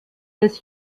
des